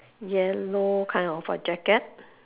yellow kind of a jacket